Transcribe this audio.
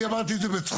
אני אמרתי את זה בצחוק,